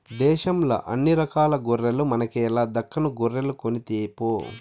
దేశంల అన్ని రకాల గొర్రెల మనకేల దక్కను గొర్రెలు కొనితేపో